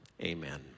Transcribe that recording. Amen